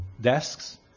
desks